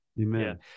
Amen